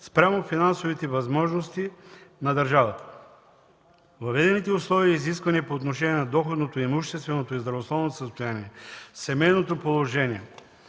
спрямо финансовите възможности на държавата. Въведените условия и изисквания по отношение на доходното, имущественото и здравословното състояние, семейното положение,